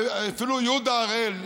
ואפילו יהודה הראל,